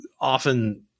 often